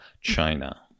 China